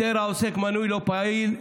איתר העוסק מנוי לא פעיל,